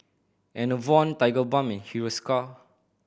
Enervon Tigerbalm Hiruscar